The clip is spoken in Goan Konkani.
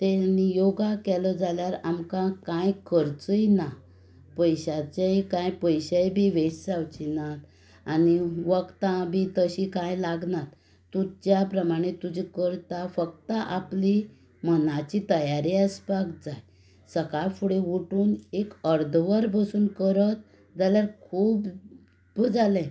तेणी योगा केलो जाल्यार आमकां कांय खर्चूय ना पयशाचेंय कांय पयशेय बी वेस्ट जावचे नात आनी वखदां बी तशीं कांय लागनात तूं ज्या प्रमाणे तुजें करता फक्त आपली मनाची तयारी आसपाक जाय सकाळ फुडें उटून एक अर्द वर बसून करत जाल्यार खूब्ब जालें